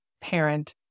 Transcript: parent